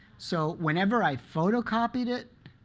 so whenever i photocopied it,